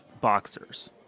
boxers